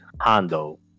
Hondo